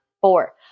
four